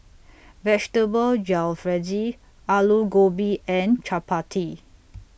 Vegetable Jalfrezi Alu Gobi and Chapati